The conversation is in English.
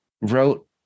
wrote